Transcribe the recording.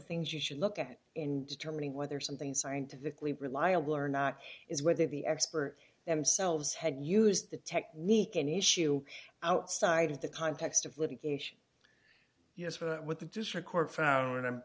things you should look at in determining whether something scientifically reliable or not is whether the expert themselves had used the technique an issue outside of the context of litigation yes for what the district court found